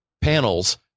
panels